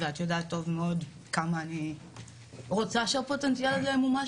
ואת יודעת טוב מאוד כמה אני רוצה שהפוטנציאל הזה ימומש,